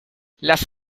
las